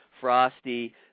frosty